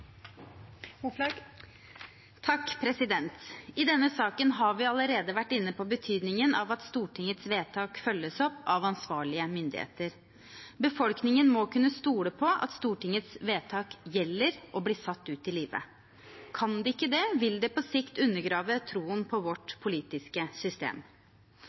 I denne saken har vi allerede vært inne på betydningen av at Stortingets vedtak følges opp av ansvarlige myndigheter. Befolkningen må kunne stole på at Stortingets vedtak gjelder og blir satt ut i livet. Kan de ikke det, vil det på sikt undergrave troen på vårt politiske system.